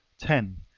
ten.